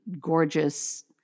gorgeous